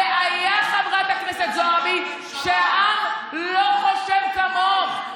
הבעיה, חברת הכנסת זועבי, שהעם לא חושב כמוך.